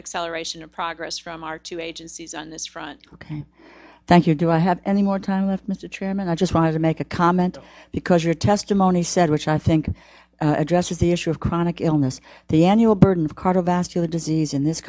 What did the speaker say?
acceleration of progress from our two agencies on this front ok thank you do i have any more time left mr chairman i just wanted to make a comment because your testimony said which i think addresses the issue of chronic illness the annual burden of cardiovascular disease in this